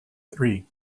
three